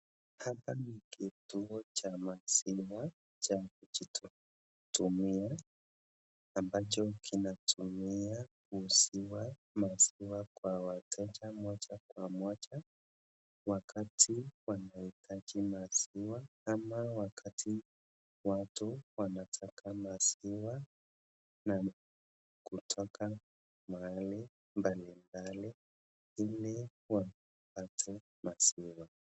Hapa ni kituo cha maziwa cha kujitumia ambacho kinatumia kuuzia maziwa kwa wateja moja kwa moja wakati wanahitaji maziwa ama wakati watu wanataka maziwa na kutoka mahali mbalimbali ili waweze kupata maziwa.